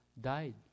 died